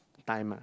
time ah